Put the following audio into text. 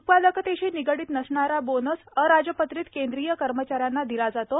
उत्पादकतेशी निगडीत नसणारा बोनस अराजपत्रित केंद्रीय कर्मचाऱ्यांना दिला जातो